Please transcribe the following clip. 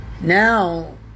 Now